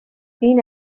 این